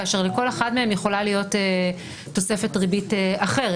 כאשר לכל אחד מהם יכולה להיות תוספת ריבית אחרת.